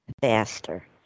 faster